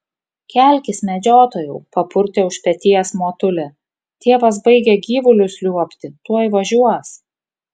kelkis medžiotojau papurtė už peties motulė tėvas baigia gyvulius liuobti tuoj važiuos